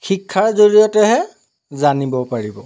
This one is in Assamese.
শিক্ষাৰ জৰিয়তেহে জানিব পাৰিব